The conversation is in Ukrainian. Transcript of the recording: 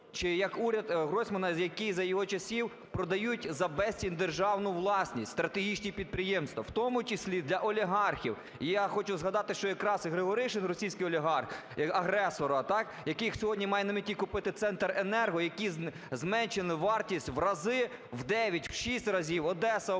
чи як уряд Гройсмана, який за його часів продають за безцінь державну власність, стратегічні підприємства, в тому числі для олігархів? І я хочу згадати, що якраз і Григоришин, російський олігарх агресора, так, який сьогодні має на меті купити "Центренерго", який… зменшено вартість в рази: в дев'ять, в шість разів